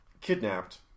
kidnapped